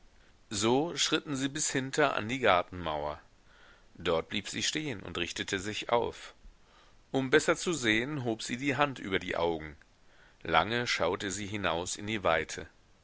so schritten sie bis hinter an die gartenmauer dort blieb sie stehen und richtete sich auf um besser zu sehen hob sie die hand über die augen lange schaute sie hinaus in die weite